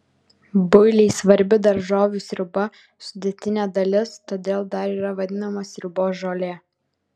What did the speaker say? builiai svarbi daržovių sriubų sudėtinė dalis todėl dar yra vadinami sriubos žole